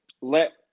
let